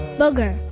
booger